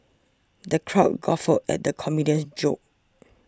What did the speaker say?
the crowd guffawed at the comedian's jokes